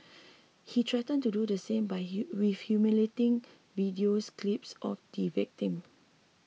he threatened to do the same with humiliating videos clips of the victim